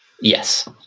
yes